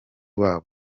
babo